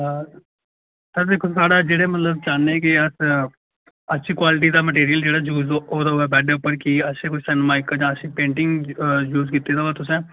sir दिक्खो साढ़े मतलब चाहन्ने कि अस अच्छी क्वालिटी दा मटीरियल जेह्ड़ा यूज होऐ ओह्दे कुतै बैड उप्पर कि असें कोई सनमाइका जां पेंटिंग यूज कीते दा होवे तुसें